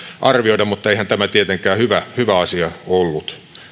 arvioida mutta eihän tämä tietenkään hyvä hyvä asia ollut